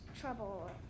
trouble